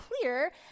clear